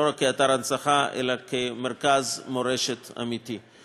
ולא רק כאתר הנצחה אלא כמרכז מורשת אמיתי.